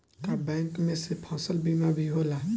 का बैंक में से फसल बीमा भी होला?